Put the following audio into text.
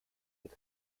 and